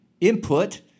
input